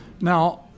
Now